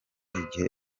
igihe